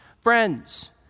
friends